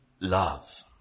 love